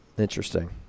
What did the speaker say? interesting